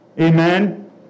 Amen